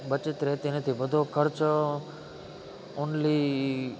બચત રહેતી નથી બધો ખર્ચ ઓન્લી